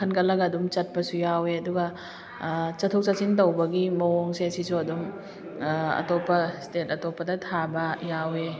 ꯈꯟꯒꯠꯂꯒ ꯑꯗꯨꯝ ꯆꯠꯄꯁꯨ ꯌꯥꯎꯋꯦ ꯑꯗꯨꯒ ꯆꯠꯊꯣꯛ ꯆꯠꯁꯤꯟ ꯇꯧꯕꯒꯤ ꯃꯋꯣꯡꯁꯦ ꯁꯤꯁꯨ ꯑꯗꯨꯝ ꯑꯇꯣꯞꯄ ꯏꯁꯇꯦꯠ ꯑꯇꯣꯞꯄꯗ ꯊꯥꯕ ꯌꯥꯎꯋꯦ